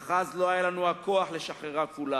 אך אז לא היה לנו הכוח לשחרר את כולה.